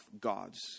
God's